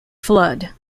flood